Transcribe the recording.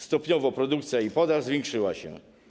Stopniowo produkcja i podaż zwiększyły się.